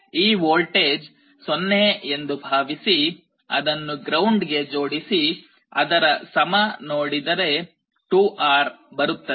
ಈ ವೋಲ್ಟೇಜ್ 0 ಎಂದು ಭಾವಿಸಿ ಅದನ್ನು ಗ್ರೌಂಡ್ ಗೆ ಜೋಡಿಸಿ ಅದರ ಸಮ ನೋಡಿದರೆ 2R ಬರುತ್ತದೆ